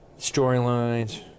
storylines